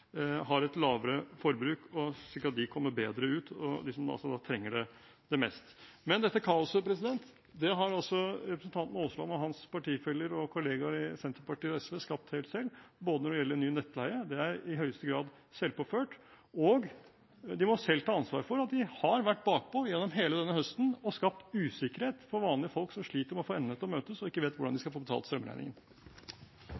kommer bedre ut. Men dette kaoset har altså representanten Aasland og hans partifeller og kollegaer i Senterpartiet og SV skapt helt selv. Det gjelder ny nettleie – det er i høyeste grad selvpåført – og de må selv ta ansvar for at de har vært bakpå gjennom hele denne høsten og skapt usikkerhet for vanlige folk som sliter med å få endene til å møtes, og ikke vet hvordan de